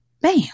bam